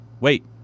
wait